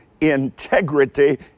Integrity